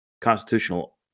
constitutional